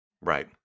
right